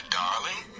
darling